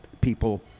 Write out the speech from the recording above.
people